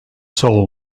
soul